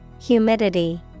Humidity